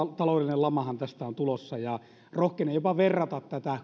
taloudellinen lamahan tästä on tulossa ja rohkenen verrata tätä